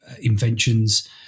inventions